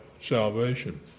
salvation